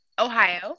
Ohio